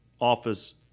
office